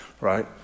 right